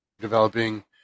developing